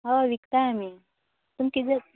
हय विकताय आमी तुमकां किदें जाय